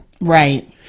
Right